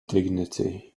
dignity